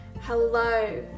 Hello